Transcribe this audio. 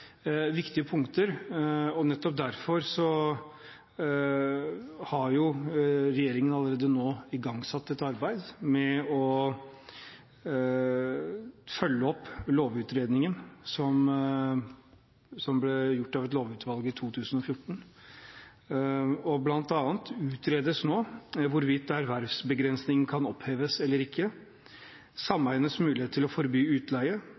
viktige punkter. Nettopp derfor har regjeringen allerede nå igangsatt et arbeid med å følge opp lovutredningen som ble gjort av et lovutvalg i 2014. Blant annet utredes nå hvorvidt ervervsbegrensning kan oppheves eller ikke, sameienes mulighet til å forby utleie,